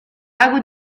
lago